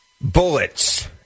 bullets